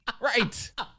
right